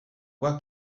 quoi